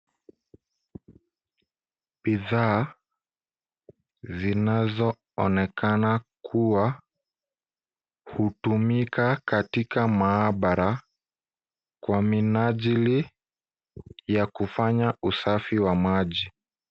Bidhaa zinazoonekana kuwa hutumika katika maabara kwa minajili ya kufanya usafi wa maji.